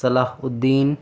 صلاح الدین